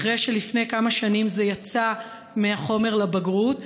אחרי שלפני כמה שנים זה יצא מהחומר לבגרות,